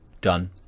done